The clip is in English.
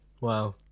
wow